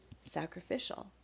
sacrificial